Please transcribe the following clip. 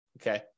Okay